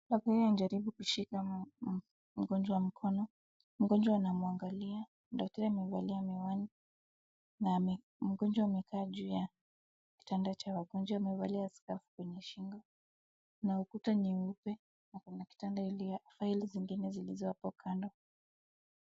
Daktari anajaribu kushika mgonjwa mkono mgonjwa anamwangalia, daktari amevalia miwani mgonjwa amekaa juu ya kitanda cha wagonjwa na amevalia scarf kwenye shingo na ukuta ni mweupe na kuna kitanda ingine file zingine zilizo hapo kando.